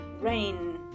RAIN